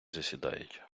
засідають